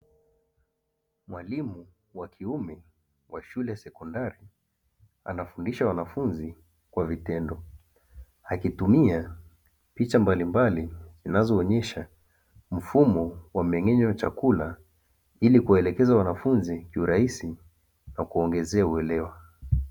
Mwalimu wa kiume wa shule ya sekondari, anafundisha wanafunzi kwa vitendo akitumia picha mbalimbali zinazoonyesha mfumo wa mmeng'enyo wa chakula, ili kuwaelekeza wanafunzi kiurahisi na kuongezea uelewa.